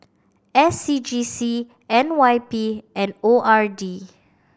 S C G C N Y P and O R D